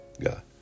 God